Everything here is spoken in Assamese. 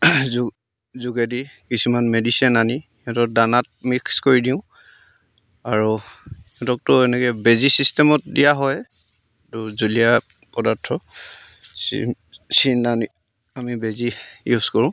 যোগেদি কিছুমান মেডিচিন আনি সিহঁতৰ দানাত মিক্স কৰি দিওঁ আৰু সিহঁতকতো এনেকৈ বেজী চিষ্টেমত দিয়া হয় জুলীয়া পদাৰ্থ চিন চিন আনি আমি বেজী ইউজ কৰোঁ